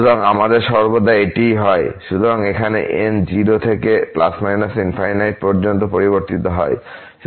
সুতরাং আমাদের সর্বদা এটিই হয় তাই এখানে n 0 থেকে ±∞ পর্যন্ত পরিবর্তিত হয়